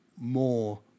more